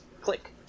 click